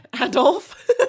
Adolf